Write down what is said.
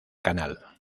canal